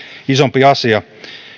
isompi asia